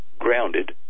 grounded